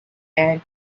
and